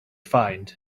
find